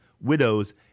widows